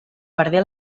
perdé